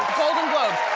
golden globes.